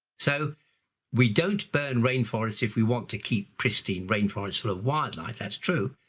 so we don't burn rainforests if we want to keep pristine rainforest full of wildlife, that's true.